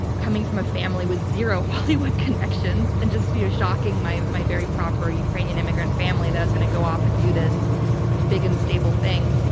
coming from a family with zero hollywood connections, and just shocking my my very proper ukrainian immigrant family that i was going to go off and do this big, unstable thing.